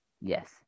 Yes